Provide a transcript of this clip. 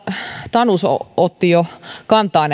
tanus otti jo kantaa